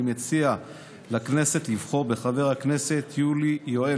אני מציע לכנסת לבחור בחבר הכנסת יולי יואל